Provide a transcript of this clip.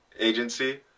Agency